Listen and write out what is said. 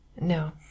No